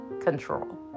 control